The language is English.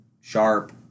Sharp